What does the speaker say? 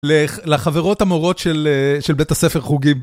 לח-לחברות המורות של אה... של בית הספר חוגים.